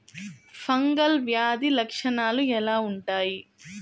Fungal వ్యాధి లక్షనాలు ఎలా వుంటాయి?